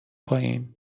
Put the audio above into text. پایین